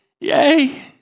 Yay